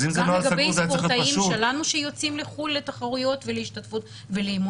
זה גם לגבי ספורטאים שלנו שיוצאים לתחרויות ולאימונים